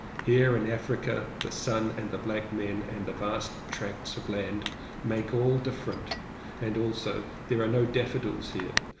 here in africa the sun and the black men and the vast tracts of land make all dif ferent and also there are no daffodils here,